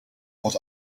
what